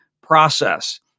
process